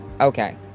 Okay